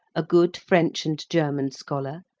a good french and german scholar,